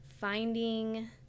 Finding